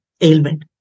ailment